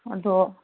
ꯑꯗꯣ